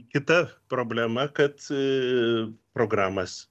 kita problema kad programas